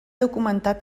documentat